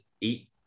eat